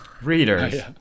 Readers